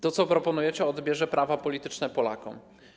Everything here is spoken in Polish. To, co proponujecie, odbierze prawa polityczne Polakom.